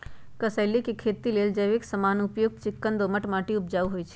कसेलि के खेती लेल जैविक समान युक्त चिक्कन दोमट माटी उपजाऊ होइ छइ